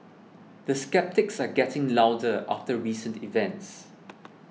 the sceptics are getting louder after recent events